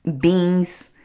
beans